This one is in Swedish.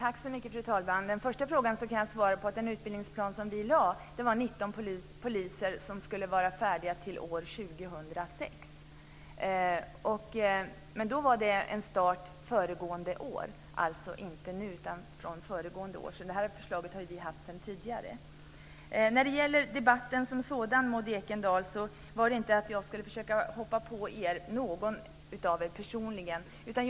Fru talman! På den första frågan kan jag svara att den utbildningsplan som vi lade fram gällde 19 poliser som skulle vara färdiga till år 2006. Starten skulle vara föregående år. Men det gäller inte nu. Vi har haft detta förslag sedan tidigare. När det gäller debatten som sådan, Maud Ekendahl, försökte jag inte hoppa på någon av er personligen.